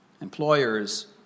Employers